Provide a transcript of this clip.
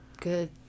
good